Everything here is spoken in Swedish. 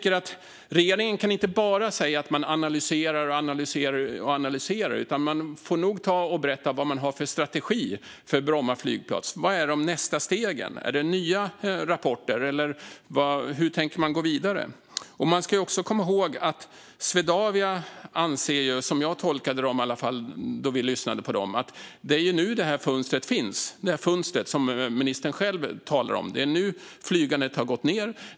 Regeringen kan inte bara säga att man analyserar och analyserar, utan man får nog ta och berätta vad man har för strategi för Bromma flygplats. Vad är nästa steg? Är det nya rapporter, eller hur tänker man gå vidare? Vi ska också komma ihåg att Swedavia anser, som jag tolkade det i alla fall när vi lyssnade på dem, att det är nu det här fönstret finns som ministern själv talar om. Det är nu flygandet har gått ned.